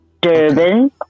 Durban